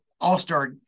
all-star